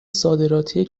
صادراتی